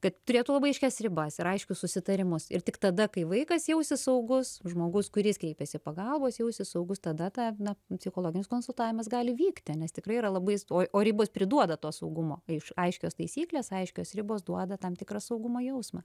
kad turėtų labai aiškias ribas ir aiškius susitarimus ir tik tada kai vaikas jausis saugus žmogus kuris kreipėsi pagalbos jausis saugus tada na psichologinis konsultavimas gali vykti nes tikrai yra labai sto o ribos priduoda to saugumo ir aiškios taisyklės aiškios ribos duoda tam tikrą saugumo jausmą